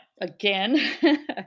again